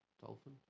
Dolphin